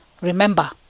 Remember